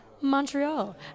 Montreal